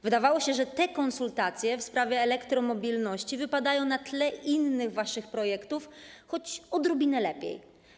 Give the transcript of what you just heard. Wydawało się, że te konsultacje w sprawie elektromobilności wypadają na tle innych waszych projektów choć odrobinę lepiej.